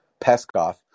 Peskov